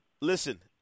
Listen